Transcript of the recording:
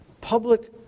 public